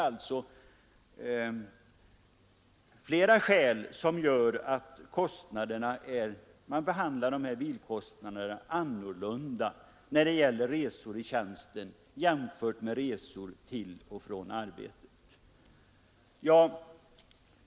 Av flera skäl behandlas frågan om bilkostnaderna för resor i tjänsten på ett annat sätt än kostnaderna för resor till och från arbetet.